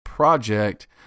project